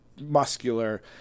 muscular